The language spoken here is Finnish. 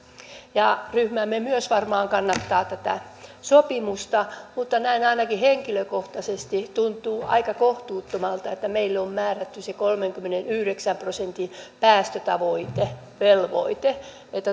ryhmämme myös varmaan kannattaa tätä sopimusta mutta näin ainakin henkilökohtaisesti tuntuu aika kohtuuttomalta että meille on määrätty se kolmenkymmenenyhdeksän prosentin päästötavoitevelvoite